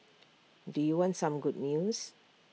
do you want some good news